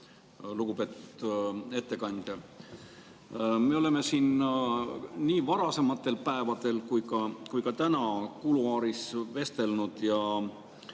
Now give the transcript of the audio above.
Lugupeetud ettekandja! Me oleme sellest nii varasematel päevadel kui ka täna kuluaarides vestelnud.